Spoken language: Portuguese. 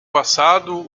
passado